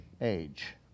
age